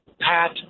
Pat